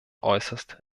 äußerst